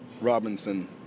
Robinson